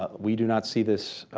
ah we do not see this